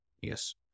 Yes